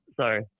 sorry